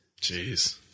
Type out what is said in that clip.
Jeez